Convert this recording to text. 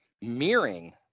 mirroring